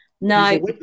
No